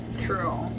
True